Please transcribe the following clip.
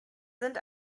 sind